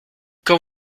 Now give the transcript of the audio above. quand